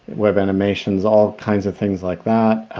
web animations, all kinds of things like that.